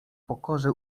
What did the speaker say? pokorze